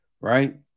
right